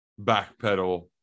backpedal